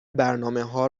برنامهها